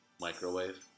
microwave